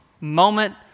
moment